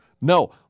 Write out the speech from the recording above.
No